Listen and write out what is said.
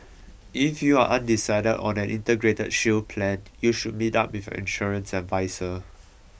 if you are undecided on an Integrated Shield Plan you should meet up with your insurance adviser